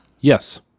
Yes